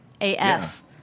AF